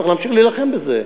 צריך להמשיך להילחם בזה.